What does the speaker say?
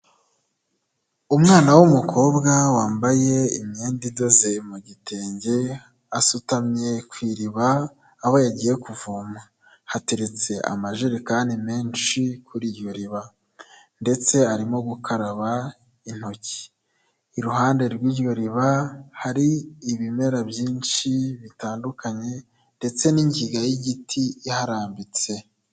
Umwana w'umukobwa wambaye imyenda idoze mu gitenge, asutamye ku iriba aho yagiye kuvoma, hateretse amajerekani menshi kuri iryo riba ndetse arimo gukaraba intoki, iruhande rw'iryo riba hari ibimera byinshi bitandukanye ndetse n'ingiga y'igiti iharambitse.